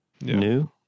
New